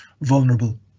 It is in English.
vulnerable